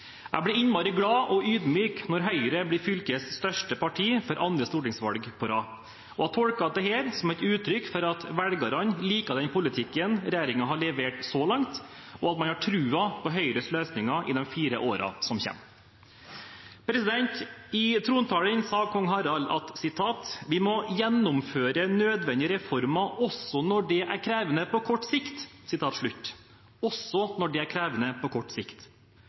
Jeg blir innmari glad og ydmyk når Høyre blir fylkets største parti for andre stortingsvalg på rad. Jeg tolker dette som et uttrykk for at velgerne liker den politikken regjeringen har levert så langt, og at man har troen på Høyres løsninger i de fire årene som kommer. I trontalen sa kong Harald: «Vi må gjennomføre nødvendige reformer, også når det er krevende på kort sikt.» – Også når det er krevende på kort sikt.